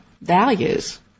values